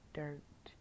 dirt